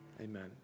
amen